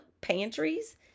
pantries